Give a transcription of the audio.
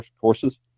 courses